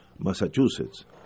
Massachusetts